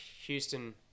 Houston